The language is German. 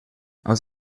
aus